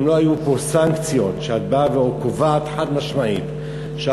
אם לא היו פה סנקציות שאת באה וקובעת חד-משמעית שעל